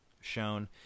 shown